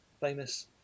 famous